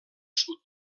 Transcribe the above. sud